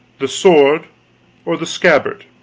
the sword or the scabbard?